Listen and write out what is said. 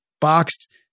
boxed